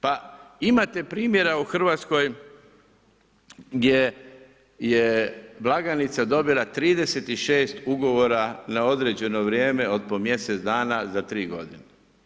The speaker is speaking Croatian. Pa imate primjera u Hrvatskoj gdje je blagajnica dobila 36 ugovora na određeno vrijeme od po mjesec dana za 3 godine.